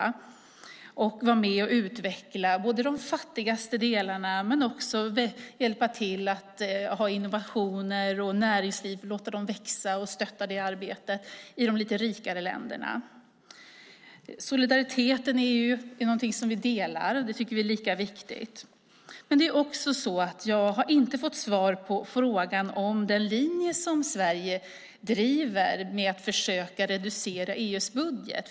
Det handlar om att både vara med och utveckla de fattigaste delarna och att låta innovationer och näringsliv växa och stöttas i de lite rikare länderna. Solidariteten är något som vi delar. Det tycker vi är lika viktigt. Jag har inte fått svar på frågan om den linje som Sverige driver med att försöka reducera EU:s budget.